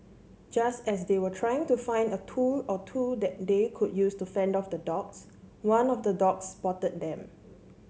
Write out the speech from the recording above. just as they were trying to find a tool or two that they could use to fend off the dogs one of the dogs spotted them